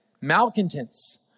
malcontents